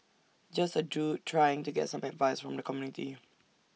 just A dude trying to get some advice from the community